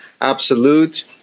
absolute